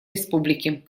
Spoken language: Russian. республики